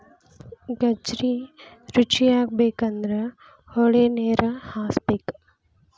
ಗಜ್ರಿ ರುಚಿಯಾಗಬೇಕಂದ್ರ ಹೊಳಿನೇರ ಹಾಸಬೇಕ